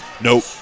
Nope